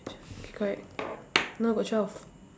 K correct now got twelve